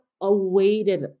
awaited